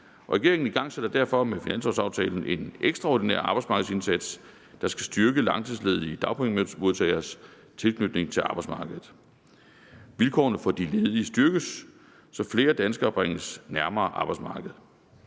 regeringen igangsætter derfor med finanslovaftalen en ekstraordinær arbejdsmarkedsindsats, der skal styrke langtidsledige dagpengemodtageres tilknytning til arbejdsmarkedet. Vilkårene for de ledige styrkes, så flere danskere bringes nærmere arbejdsmarkedet.